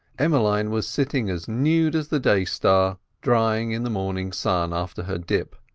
emmeline was sitting as nude as the day star, drying in the morning sun after her dip,